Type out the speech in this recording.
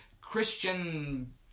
Christian